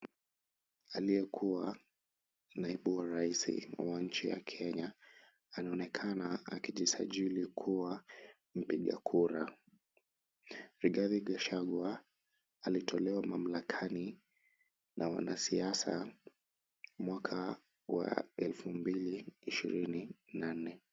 Aliyekuwa naibu wa raisi wa nchi ya kenya anaonekana akijisajili kuwa mpiga kura. Rigathi Gachagua alitolewa mamlakani na wanasiasa mwaka wa elfu mbili ishirini na nne.